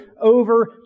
over